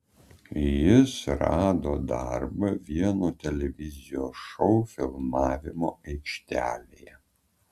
jis rado darbą vieno televizijos šou filmavimo aikštelėje